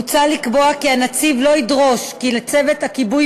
מוצע לקבוע כי הנציב לא ידרוש כי לצוות הכיבוי